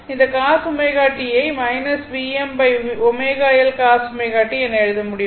இந்த cos ω t யை Vmω L cos ω t என எழுத முடியும்